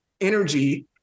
energy